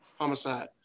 homicide